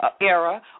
era